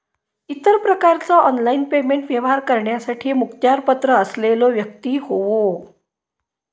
इतर प्रकारचा online payment व्यवहार करण्यासाठी मुखत्यारपत्र असलेलो व्यक्ती होवो